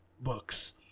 books